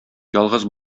ялгыз